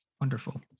Wonderful